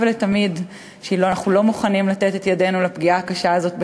ולתמיד שאנחנו לא מוכנים לתת את ידנו לפגיעה הקשה הזאת בשוויון,